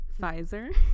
Pfizer